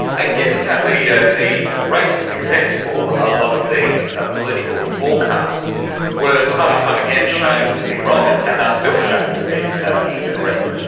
and given that the yeah the rates of success for a lot of these ah political forecasts were time and time again shown to be wrong and are and still shown to be incorrect,